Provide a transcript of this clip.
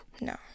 No